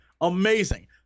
Amazing